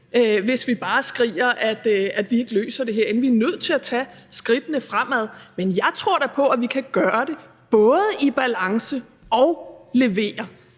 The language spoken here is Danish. hvis vi bare skriger, at vi ikke løser det herinde. Vi er nødt til at tage skridtene fremad. Men jeg tror da på, at vi både kan gøre det i balance og levere.